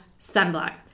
sunblock